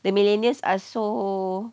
the millennials are so